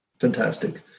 Fantastic